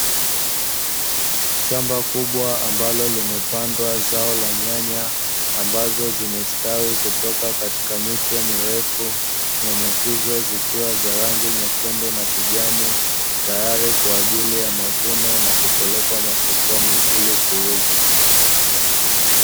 Shamba kubwa ambalo limepandwa zao la nyanya ambazo zimestawi kutoka katika miche mirefu. Nyanya hizo zikiwa za rangi nyekundu na kijani tayari kwa ajili ya mavuno na kupelekwa masokoni ili kuuzwa.